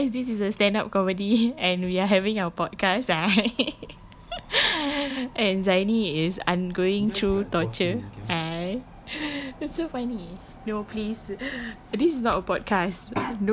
so guys this is a stand up comedy and we are having our podcast and zaini is undergoing through torture that's so funny no please this is not a podcast